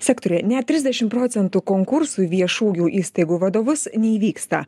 sektoriuje net trisdešim procentų konkursų viešųjų įstaigų vadovus neįvyksta